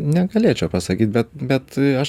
negalėčiau pasakyt bet bet aš